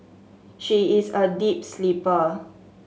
she is a deep sleeper